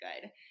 good